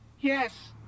yes